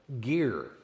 gear